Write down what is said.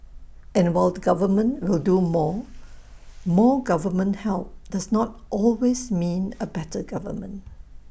and while the government will do more more government help does not always mean A better government